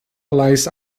lies